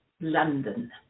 London